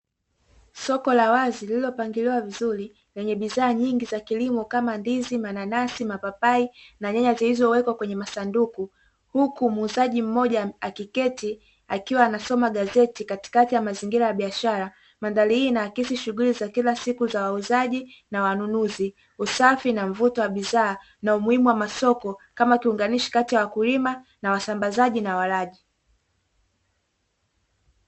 Soko la wazi lililopangiliwa vizuri lenye bidhaa nyingi za kilimo kama ndizi mananasi mapapai na nyanya zilizowekwa kwenye masanduku, huku muuzaji mmoja akiketi akiwa anasoma gazeti katikati ya mazingira ya biashara mandhari hii inakisi shughuli za kila siku za wauzaji na wanunuzi, usafi na mvuto wa bidhaa na umuhimu wa masoko kama kiunganishi kati ya wakulima na wasambazaji na walaji.